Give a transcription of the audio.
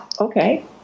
Okay